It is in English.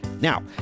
now